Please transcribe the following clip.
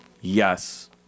yes